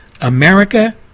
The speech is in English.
America